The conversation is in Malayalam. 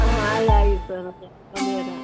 ആ ആയി ആയി സാർ വൺ ഇയറാ